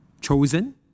Chosen